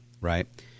right